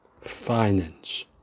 Finance